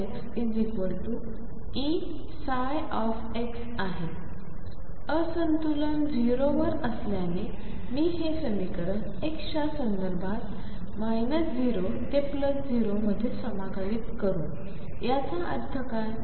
आहे असंतुलन 0 वर असल्याने मी हे समीकरण x च्या संदर्भात 0 ते 0 मध्ये समाकलित करू याचा अर्थ काय